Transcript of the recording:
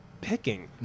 picking